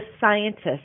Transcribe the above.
scientists